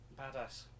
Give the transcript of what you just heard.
badass